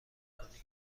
کنی